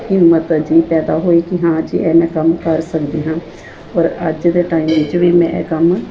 ਹਿੰਮਤ ਜੀ ਪੈਦਾ ਹੋਈ ਕਿ ਹਾਂ ਜੀ ਇਹ ਮੈਂ ਕੰਮ ਕਰ ਸਕਦੀ ਹਾਂ ਔਰ ਅੱਜ ਦੇ ਟਾਈਮ ਵਿੱਚ ਵੀ ਮੈਂ ਕੰਮ